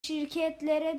şirketlere